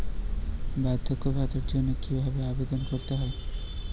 বার্ধক্য ভাতার জন্য কিভাবে আবেদন করতে হয়?